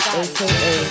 aka